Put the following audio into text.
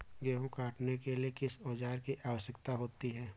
गेहूँ काटने के लिए किस औजार की आवश्यकता होती है?